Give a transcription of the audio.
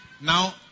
Now